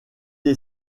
est